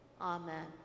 Amen